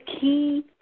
key